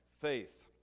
faith